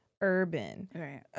urban